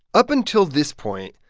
up until this point,